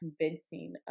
convincing